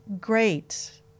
great